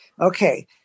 Okay